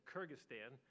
Kyrgyzstan